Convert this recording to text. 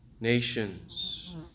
nations